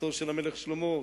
ארצו של המלך שלמה,